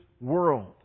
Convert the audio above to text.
world